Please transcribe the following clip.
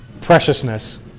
preciousness